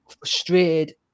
frustrated